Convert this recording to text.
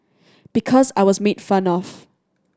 because I was made fun of